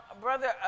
brother